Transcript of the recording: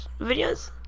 videos